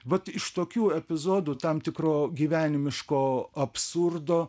vat iš tokių epizodų tam tikro gyvenimiško absurdo